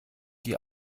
die